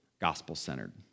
gospel-centered